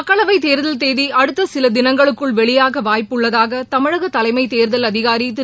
மக்களவை தேர்தல் தேதி அடுத்த சில தினங்களுக்குள் வெளியாக வாய்ப்பு உள்ளதாக தமிழக தலைமை தேர்தல் அதிகாரி திரு